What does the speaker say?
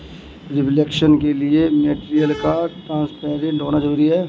reflection के लिए material का ट्रांसपेरेंट होना जरूरी है